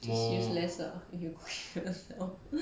just use less lah if you know